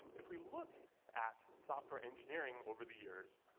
if we look at software engineering over the years,